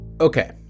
Okay